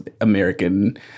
American